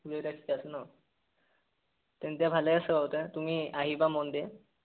গোটেইকেইটা শিকা আছে ন তেন্তে ভালে আছে হওঁতে তুমি আহিবা মন ডে